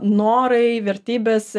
norai vertybės